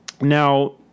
Now